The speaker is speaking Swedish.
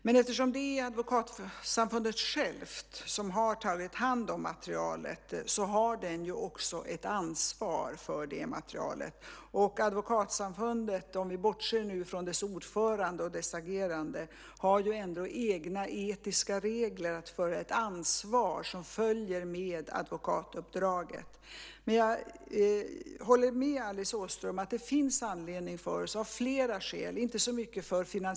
Men eftersom det är advokatsamfundet självt som har tagit hand om materialet har man också ett ansvar för det materialet. Advokatsamfundet, om vi bortser från dess ordförande och hans agerande, har ju ändå egna etiska regler för det ansvar som följer med advokatuppdraget. Jag håller med Alice Åström om att det av flera skäl finns anledning för oss att följa hur hanteringen av den här frågan blir i fortsättningen.